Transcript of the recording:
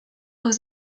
aux